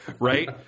Right